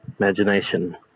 imagination